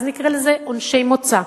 אז נקרא לזה "עונשי מוצא",